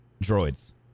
droids